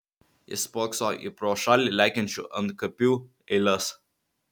jis spoksojo į pro šalį lekiančių antkapių eiles